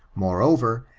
moreover,